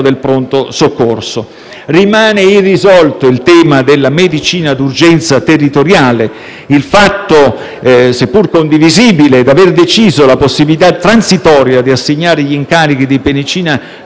del pronto soccorso. Rimane irrisolto il tema della medicina d'urgenza territoriale: il fatto, se pur condivisibile, di aver deciso la possibilità transitoria di assegnare gli incarichi di medicina